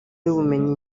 y’ubumenyi